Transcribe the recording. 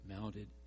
mounted